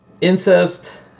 incest